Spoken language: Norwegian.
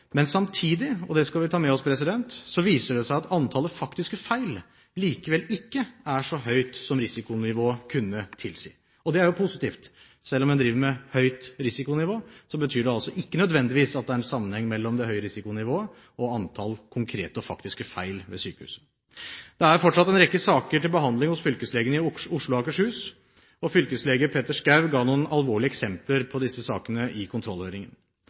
men samtidig – og det skal vi ta med oss – viser det seg at antallet faktiske feil likevel ikke er så høyt som risikonivået kunne tilsi. Det er jo positivt. Selv om en driver med høyt risikonivå, betyr det altså ikke nødvendigvis at det er en sammenheng mellom det høye risikonivået og antall konkrete og faktiske feil ved sykehuset. Det er fortsatt en rekke saker til behandling hos fylkeslegen i Oslo og Akershus, og fylkeslege Petter Schou ga noen alvorlige eksempler på disse sakene i kontrollhøringen.